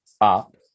up